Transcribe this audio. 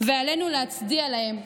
עלינו להצדיע להם,